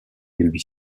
lui